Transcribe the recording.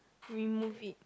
remove it